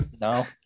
no